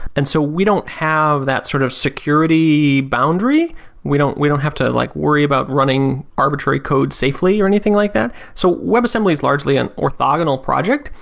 and so we don't have that sort of security boundary we don't we don't have to like worry about running arbitrary code safely or anything like that so web assembly is largely an orthogonal project.